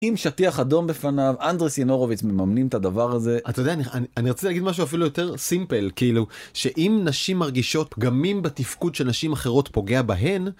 אם שטיח אדום בפניו, אנדריס ינורוביץ' מממנים את הדבר הזה. אתה יודע, אני רציתי להגיד משהו אפילו יותר סימפל, כאילו שאם נשים מרגישות פגמים בתפקוד של נשים אחרות פוגע בהן,